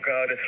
God